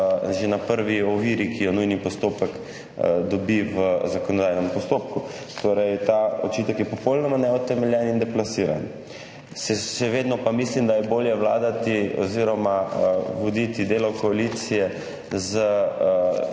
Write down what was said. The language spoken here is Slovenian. že na prvi oviri, ki jo nujni postopek dobi v zakonodajnem postopku; torej, ta očitek je popolnoma neutemeljen in deplasiran. Še vedno pa mislim, da je bolje vladati oziroma voditi delo koalicije z